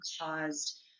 caused